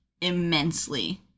immensely